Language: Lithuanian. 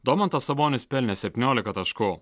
domantas sabonis pelnė septyniolika taškų